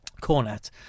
cornet